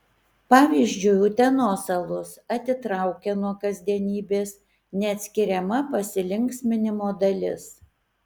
pavyzdžiui utenos alus atitraukia nuo kasdienybės neatskiriama pasilinksminimo dalis